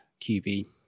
QB